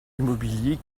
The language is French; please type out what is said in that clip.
immobiliers